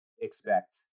expect